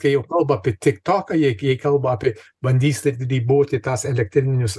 kai jau kalba apie tik toką jie jie kalba apie bandys ir riboti tas elektrininius